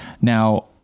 Now